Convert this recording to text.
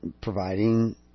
providing